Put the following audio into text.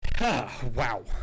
Wow